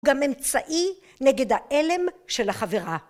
גם אמצעי נגד האלם של החברה.